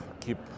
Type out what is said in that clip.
keep